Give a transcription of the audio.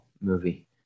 movie